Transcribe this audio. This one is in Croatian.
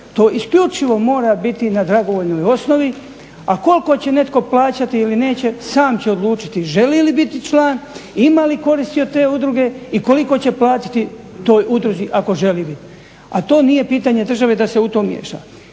To isključivo mora biti na dragovoljnoj osnovi, a koliko će netko plaćati ili neće sam će odlučiti želi li biti član, ima li koristi od te udruge i koliko će platiti toj udruzi ako želi bit. A to nije pitanje države da se u to miješa.